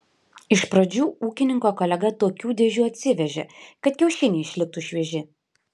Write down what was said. iš pradžių ūkininko kolega tokių dėžių atsivežė kad kiaušiniai išliktų švieži